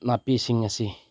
ꯅꯥꯄꯤꯁꯤꯡ ꯑꯁꯤ